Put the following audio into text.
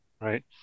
right